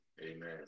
Amen